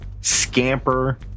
scamper